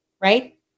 Right